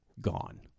gone